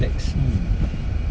mm